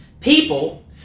People